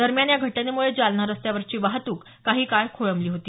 दरम्यान या घटनेमुळं जालना रस्त्यावरची वाहतूक काही काळ खोळंबली होती